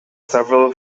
several